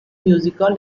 musical